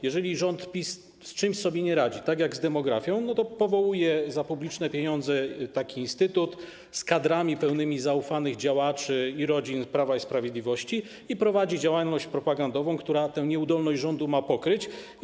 Jeżeli rząd PiS z czymś sobie nie radzi, tak jak z demografią, to powołuje za publiczne pieniądze taki instytut z kadrami pełnymi zaufanych działaczy i rodzin Prawa i Sprawiedliwości i prowadzi działalność propagandową, która tę nieudolność rządu ma przykryć.